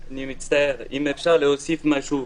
אני מצטער, אם אפשר להוסיף מישהו.